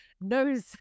knows